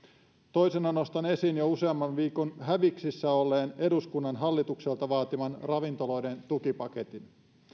toisena nostan esiin jo useamman viikon häveyksissä olleen eduskunnan hallitukselta vaatiman ravintoloiden tukipaketin